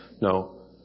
No